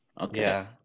Okay